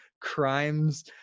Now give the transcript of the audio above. crimes